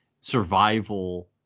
survival